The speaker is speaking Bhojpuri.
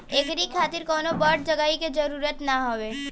एकरी खातिर कवनो बड़ जगही के जरुरत ना हवे